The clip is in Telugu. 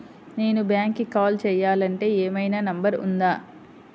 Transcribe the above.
నేను బ్యాంక్కి కాల్ చేయాలంటే ఏమయినా నంబర్ ఉందా?